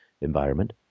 environment